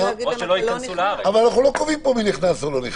אבל אנחנו לא קובעים פה מי נכנס ומי לא.